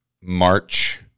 March